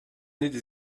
donner